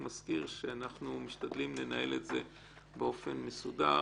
מזכיר שאנחנו משתדלים לנהל את זה באופן מסודר,